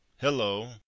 hello